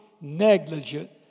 negligent